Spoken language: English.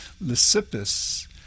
Lysippus